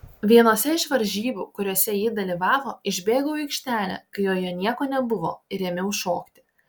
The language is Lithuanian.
vienose iš varžybų kuriose ji dalyvavo išbėgau į aikštelę kai joje nieko nebuvo ir ėmiau šokti